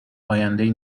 آیندهای